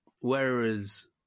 whereas